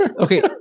okay